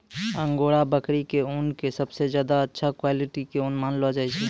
angora बकरी के ऊन कॅ सबसॅ ज्यादा अच्छा क्वालिटी के ऊन मानलो जाय छै